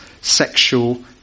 sexual